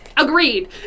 Agreed